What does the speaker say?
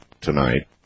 tonight